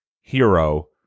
hero